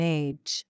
age